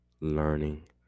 learning